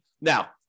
Now